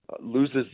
loses